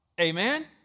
Amen